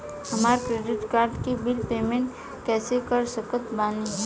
हमार credit card के bill payment कइसे कर सकत बानी?